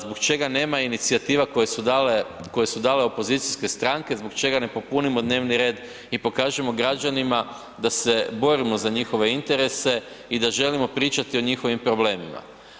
Zbog čega nema inicijativa koje su dale, koje su dale opozicijske stranke, zbog čega ne popunimo dnevni red i pokažemo građanima da se borimo za njihove interese i da želimo pričati o njihovim problemima.